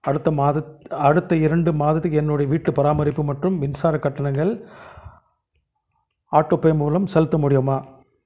அடுத்த மாதத்து அடுத்த இரண்டு மாதத்துக்கு என்னுடைய வீட்டுப் பராமரிப்பு மற்றும் மின்சார கட்டணங்கள் ஆட்டோபே மூலம் செலுத்த முடியுமா